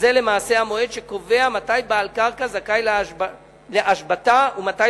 שזה למעשה המועד שקובע מתי בעל קרקע זכאי להשבתה ומתי